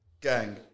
Gang